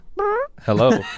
Hello